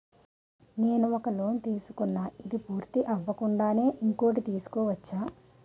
నేను ఒక లోన్ తీసుకున్న, ఇది పూర్తి అవ్వకుండానే ఇంకోటి తీసుకోవచ్చా?